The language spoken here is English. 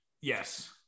Yes